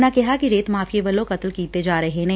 ਉਨ੍ਹਾਂ ਨੇ ਵੀ ਕਿੱਹਾ ਕਿ ਰੇਤ ਮਾਫ਼ੀਏ ਵੱਲੋਂ ਕਤਲ ਕੀਤੇ ਜਾ ਰਹੇ ਨੇ